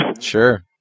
Sure